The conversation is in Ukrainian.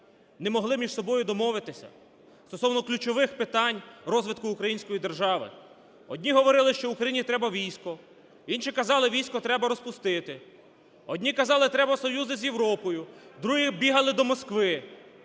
не могли між собою домовитися стосовно ключових питань розвитку української держави. Одні говорили, що Україні треба військо, інші казали: "Військо треба розпустити". Одні казали: "Треба союзи з Європою". Другі бігали до Москви.